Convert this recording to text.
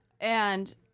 And-